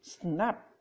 snap